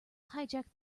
hijack